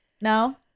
No